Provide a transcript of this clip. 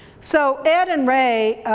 so ed and ray,